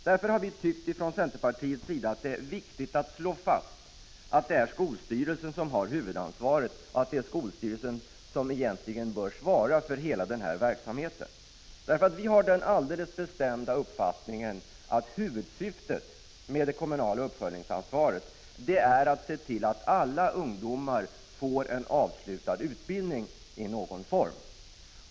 Därför har vi från centerpartiet tyckt att det är viktigt att slå fast att det är skolstyrelsen som har huvudansvaret och egentligen bör svara för hela den här verksamheten. Vi har nämligen den alldeles bestämda uppfattningen att huvudsyftet med det kommunala uppföljningsansvaret är att se till att alla ungdomar får en avslutad utbildning i någon form.